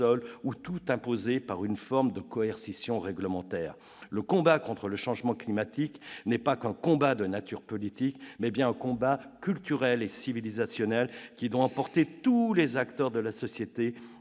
ou tout imposer par une forme de coercition réglementaire. Le combat contre le changement climatique n'est pas que de nature politique ; il s'agit bien d'un combat culturel et civilisationnel, qui doit mobiliser tous les acteurs de la société,